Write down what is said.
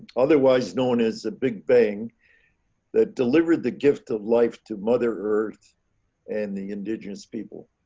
otherwise known as the big bang that delivered the gift of life to mother earth and the indigenous people.